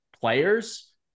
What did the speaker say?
players